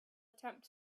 attempt